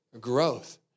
growth